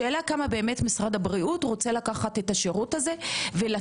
השאלה כמה משרד הבריאות רוצה לקחת ולתת את השירות הזה.